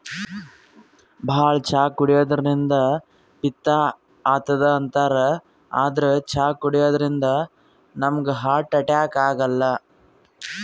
ಭಾಳ್ ಚಾ ಕುಡ್ಯದ್ರಿನ್ದ ಪಿತ್ತ್ ಆತದ್ ಅಂತಾರ್ ಆದ್ರ್ ಚಾ ಕುಡ್ಯದಿಂದ್ ನಮ್ಗ್ ಹಾರ್ಟ್ ಅಟ್ಯಾಕ್ ಆಗಲ್ಲ